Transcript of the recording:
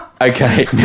Okay